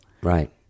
Right